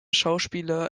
schauspieler